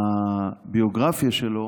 בביוגרפיה שלו